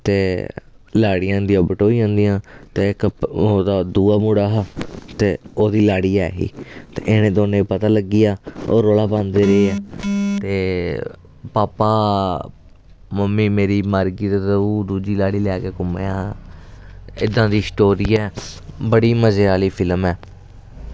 ते लाड़ियां उंदियां बटोई जंदियां ते इक ओह्दा दुआ मुड़ा हा ते ओह्दी लाड़ी ऐही ते इनें दोनें पता लग्गियां ओह् रौला पांदे ते भापा मम्मी मेरी मर गी ते तूं दुजी लाड़ी लै के घूम रेआं एद्दां दी स्टोरी ऐ बड़ी मजे आह्ली फिल्म ऐ